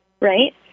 right